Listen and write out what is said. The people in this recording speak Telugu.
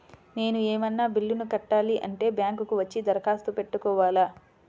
నేను ఏమన్నా బిల్లును కట్టాలి అంటే బ్యాంకు కు వచ్చి దరఖాస్తు పెట్టుకోవాలా?